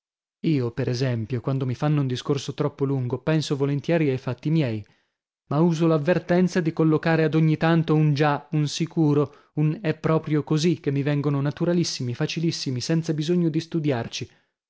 io per esempio quando mi fanno un discorso troppo lungo penso volentieri ai fatti miei ma uso l'avvertenza di collocare ad ogni tanto un già un sicuro un è proprio così che mi vengono naturalissimi facilissimi senza bisogno di studiarci